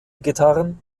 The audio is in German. gitarren